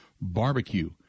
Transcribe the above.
Barbecue